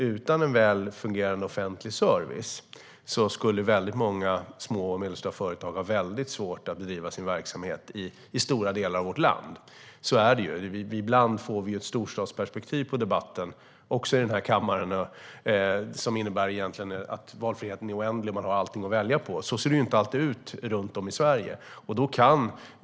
Utan en väl fungerande offentlig service skulle många små och medelstora företag ha svårt att bedriva sin verksamhet i stora delar av vårt land. Så är det. Ibland får vi här i kammaren ett storstadsperspektiv på debatten som egentligen innebär att valfriheten är oändlig och man har allt att välja på. Men så ser det inte alltid ut runt om i Sverige.